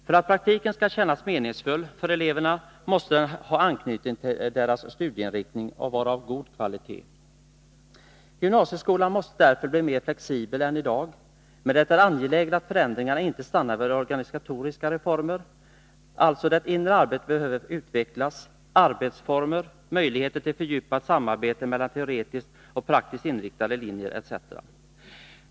För att praktiken skall kännas meningsfull för eleverna måste den ha anknytning till deras studieinriktning och vara av god kvalitet. Gymnasieskolan måste därför bli mer flexibel än i dag. Men det är angeläget att förändringar inte stannar vid organisatoriska reformer. Också det inre arbetet behöver utvecklas: arbetsformer, möjligheter till fördjupat samarbete mellan teoretiskt och praktiskt inriktade linjer etc.